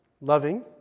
loving